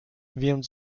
więc